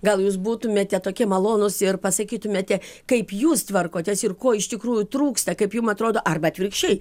gal jūs būtumėte tokie malonūs ir pasakytumėte kaip jūs tvarkotės ir ko iš tikrųjų trūksta kaip jum atrodo arba atvirkščiai